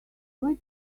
why